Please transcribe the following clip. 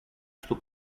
στου